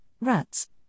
rats